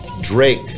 Drake